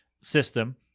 system